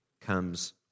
comes